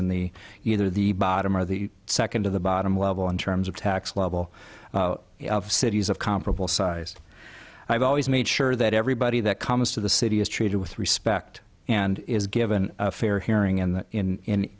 in the either the bottom or the second to the bottom level in terms of tax level cities of comparable size i've always made sure that everybody that comes to the city is treated with respect and is given a fair hearing